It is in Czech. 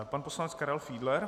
Pan poslanec Karel Fiedler.